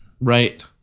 Right